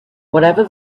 whatever